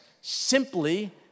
simply